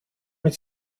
mit